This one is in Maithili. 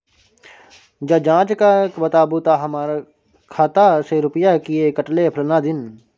ज जॉंच कअ के बताबू त हमर खाता से रुपिया किये कटले फलना दिन?